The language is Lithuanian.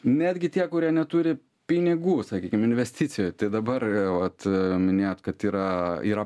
netgi tie kurie neturi pinigų sakykim investicijoj tai dabar vat minėjot kad yra yra